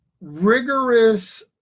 rigorous